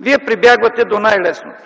Вие прибягвате до най-лесното